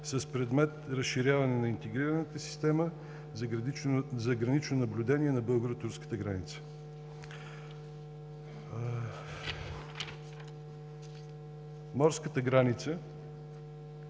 с предмет разширяване на интегрираната система за гранично наблюдение на българо-турската граница. Морската граница